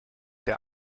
der